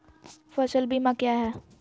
फ़सल बीमा क्या है?